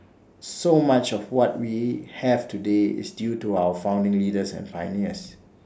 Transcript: so much of what we have today is due to our founding leaders and pioneers